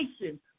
nation